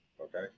Okay